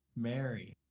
Mary